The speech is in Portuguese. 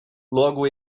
logo